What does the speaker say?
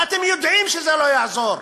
ואתם יודעים שזה לא יעזור.